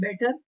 better